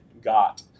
got